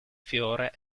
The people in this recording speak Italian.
fiore